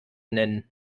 nennen